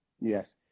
Yes